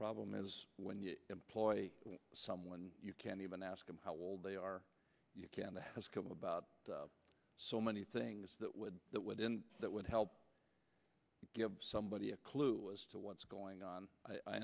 problem is when you employ someone you can't even ask them how old they are you can the has come about so many things that would that would then that would help give somebody a clue as to what's going on i